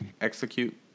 Execute